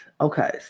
okay